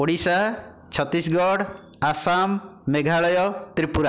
Odisha Chhattisgarh Assam Meghalaya Tripura